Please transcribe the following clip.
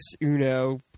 Uno